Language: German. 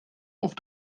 auf